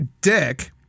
dick